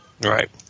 Right